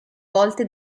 volte